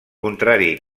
contrari